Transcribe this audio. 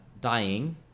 dying